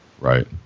right